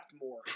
more